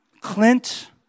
Clint